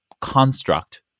construct